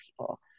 people